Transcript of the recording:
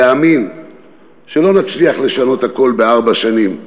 להאמין שלא נצליח לשנות הכול בארבע שנים,